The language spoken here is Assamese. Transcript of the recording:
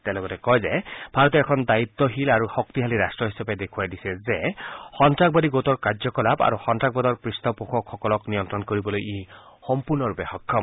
তেওঁ লগতে কয় যে ভাৰতে এখন দায়িত্বশীল আৰু শক্তিশালী ৰট্ট হিচাপে দেখুৱাই দিছে যে সন্নাসবাদী গোটৰ কাৰ্য্যকলাপ আৰু সন্নাসবাদৰ পৃষ্ঠপোষকসকলক নিয়ন্নণ কৰিবলৈ ই সম্পূৰ্ণৰূপে সক্ষম